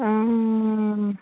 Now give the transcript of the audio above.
অঁ